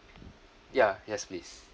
yeah yes please